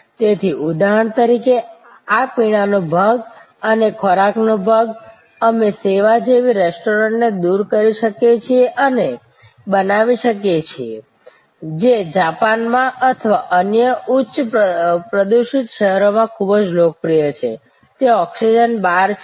તેથી ઉદાહરણ તરીકે આ પીણાનો ભાગ અને ખોરાકનો ભાગ અમે સેવા જેવી રેસ્ટોરન્ટને દૂર કરી શકીએ છીએ અને બનાવી શકીએ છીએ જે જાપાનમાં અથવા અન્ય ઉચ્ચ પ્રદૂષિત શહેરોમાં ખૂબ જ લોકપ્રિય છે ત્યાં ઓક્સિજન બાર છે